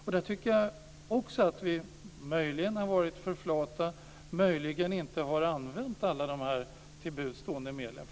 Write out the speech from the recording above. Jag tycker också att vi möjligen har varit för flata, möjligen inte har använt alla de till buds stående medlen.